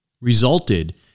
resulted